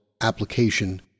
application